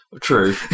True